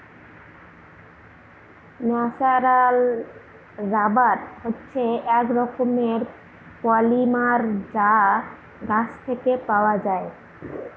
natural rubber হচ্ছে এক রকমের পলিমার যা গাছ থেকে পাওয়া যায়